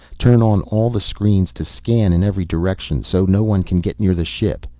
turn on all the screens to scan in every direction, so no one can get near the ship.